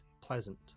pleasant